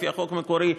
לפי החוק המקורי,